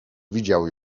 widział